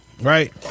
right